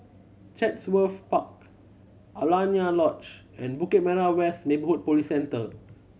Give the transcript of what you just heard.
Chatsworth Park Alaunia Lodge and Bukit Merah West Neighbourhood Police Centre